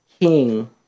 king